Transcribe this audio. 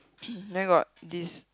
then got this